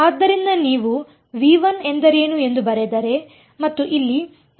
ಆದ್ದರಿಂದ ನೀವು ಎಂದರೇನು ಎಂದು ಬರೆದರೆ ಮತ್ತು ಇಲ್ಲಿ ಇದು ಮತ್ತು ಆಗಿದೆ